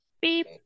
Beep